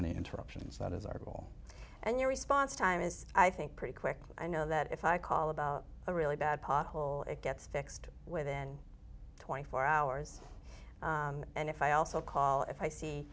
any interruptions that is our goal and your response time is i think pretty quickly i know that if i call about a really bad pothole it gets fixed within twenty four hours and if i also call if i see